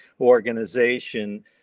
organization